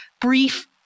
brief